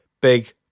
big